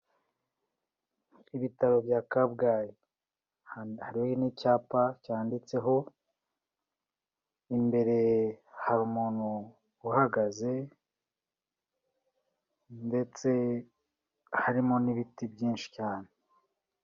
Ibitaro bya Kabgayi, hariho n'icyapa cyanditseho, imbere hari umuntu uhagaze, ndetse harimo n'ibiti byinshi cyane.